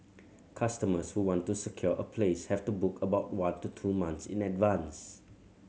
customers who want to secure a place have to book about one to two months in advance